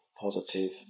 positive